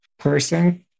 person